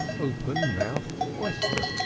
open-mouthed oyster!